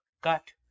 cut